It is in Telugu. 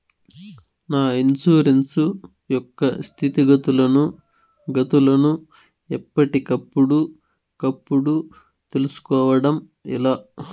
నా ఇన్సూరెన్సు యొక్క స్థితిగతులను గతులను ఎప్పటికప్పుడు కప్పుడు తెలుస్కోవడం ఎలా?